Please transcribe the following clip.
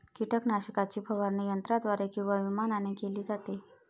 कीटकनाशकाची फवारणी यंत्राद्वारे किंवा विमानाने केली जाते